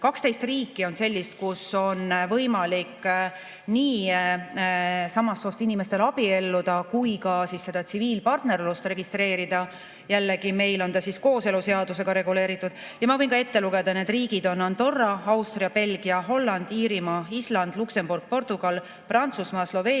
12 riiki on sellist, kus on võimalik samast soost inimestel nii abielluda kui ka tsiviilpartnerlust registreerida. Jällegi, meil on ta kooseluseadusega reguleeritud. Ja ma võin ka ette lugeda, need riigid on Andorra, Austria, Belgia, Holland, Iirimaa, Island, Luksemburg, Portugal, Prantsusmaa, Sloveenia,